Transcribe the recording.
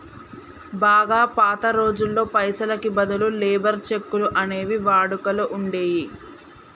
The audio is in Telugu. బాగా పాత రోజుల్లో పైసలకి బదులు లేబర్ చెక్కులు అనేవి వాడుకలో ఉండేయ్యి